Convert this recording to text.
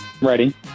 Ready